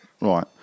Right